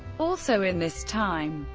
also in this time,